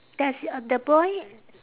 does uh the boy